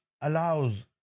allows